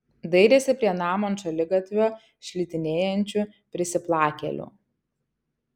dairėsi prie namo ant šaligatvio šlitinėjančių prisiplakėlių